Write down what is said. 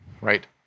right